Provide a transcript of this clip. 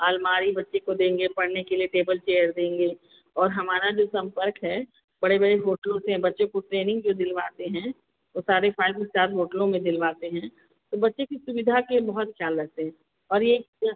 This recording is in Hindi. अलमारी बच्ची को देंगे पढ़ने के लिए टेबल चेयर देंगे और हमारा जो संपर्क है बड़े बड़े होटलों से है बच्चे को ट्रेनिंग जो दिलवाते हैं वह सारे फाइव स्टार होटलों में दिलवाते हैं तो बच्चे की सुविधा का बहुत खयाल रखते हैं और एक